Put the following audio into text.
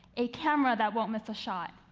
a camera that won't miss a shot,